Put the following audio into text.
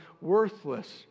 worthless